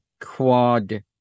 QUAD